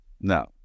No